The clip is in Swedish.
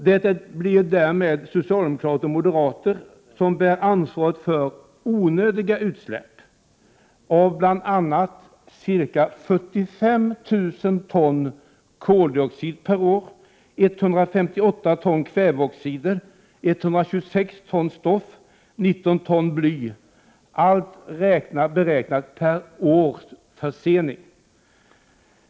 Det blir därmed socialdemokraterna och moderaterna som bär ansvaret för onödiga utsläpp av bl.a. ca 45 000 ton koldioxid, 158 ton kväveoxider, 126 ton stoft och 19 ton bly per år, allt beräknat per års försening.